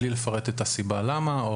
בלי לפרט את הסיבה למה?